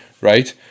right